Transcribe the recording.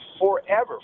Forever